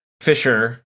Fisher